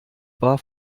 war